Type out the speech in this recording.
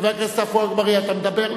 חבר הכנסת עפו אגבאריה, אתה מדבר?